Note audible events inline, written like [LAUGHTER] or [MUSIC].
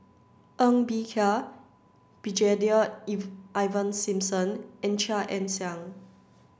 Ng Bee Kia Brigadier [UNINTELLIGIBLE] Ivan Simson and Chia Ann Siang